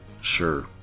Sure